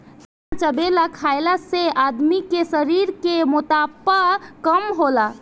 चना चबेना खईला से आदमी के शरीर के मोटापा कम होला